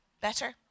Better